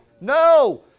No